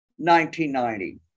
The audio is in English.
1990